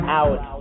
out